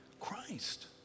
Christ